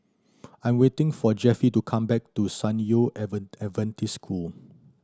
I'm waiting for Jeffie to come back to San Yu Adventist School